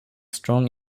strong